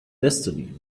destiny